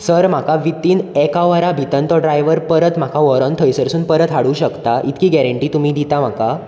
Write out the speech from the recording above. sir म्हाका विथीन एका वरां भितर तो ड्रायवर परत म्हाका व्होरोन थंयसून परत हाडूंक शकता इतकी गॅरंटी तुमी दिता म्हाका